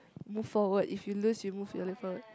move forward if you lose you move your level